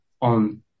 on